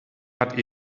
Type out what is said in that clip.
hat